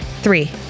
Three